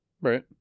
Right